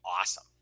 awesome